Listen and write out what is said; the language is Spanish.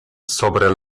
sobre